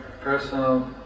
personal